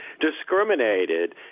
discriminated